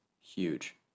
huge